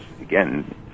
again